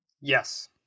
Yes